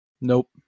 Nope